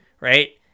right